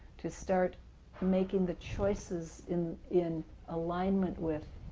to start making the choices in in alignment with